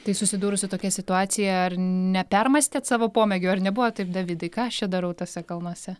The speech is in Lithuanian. tai susidūrus su tokia situacija ar nepermąstėt savo pomėgių ar nebuvo taip davidai ką aš čia darau tuose kalnuose